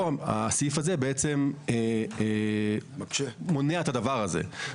הסעיף הזה מונע את הדבר הזה.